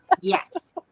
Yes